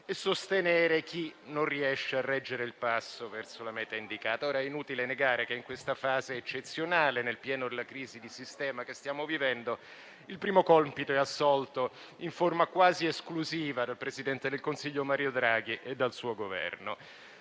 e sostenere chi non riesce a reggere il passo verso la meta indicata. È inutile negare che in questa fase eccezionale, nel pieno della crisi di sistema che stiamo vivendo, il primo compito è assolto in forma quasi esclusiva dal presidente del Consiglio Mario Draghi e dal suo Governo.